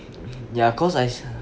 ya cause I